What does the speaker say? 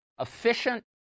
efficient